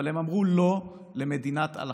אבל הם אמרו לא למדינת הלכה.